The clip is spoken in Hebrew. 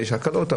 יש הקלות,